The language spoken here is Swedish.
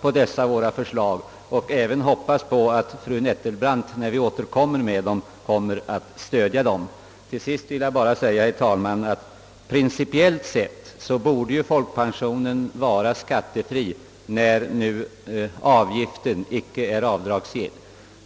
på dessa våra förslag, och jag hoppas också att fru Nettelbrandt kommer att stödja dem när vi återkommer. Vidare vill jag bara säga, herr talman, att principiellt sett borde folkpensionen vara skattefri, när avgiften icke är avdragsgill.